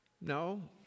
No